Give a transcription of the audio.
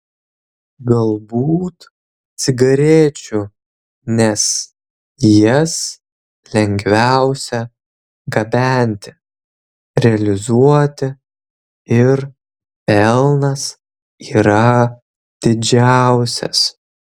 galbūt cigarečių nes jas lengviausia gabenti realizuoti ir pelnas yra didžiausias